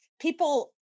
people